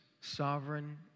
sovereign